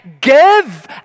Give